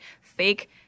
fake